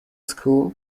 school